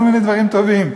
כל מיני דברים טובים.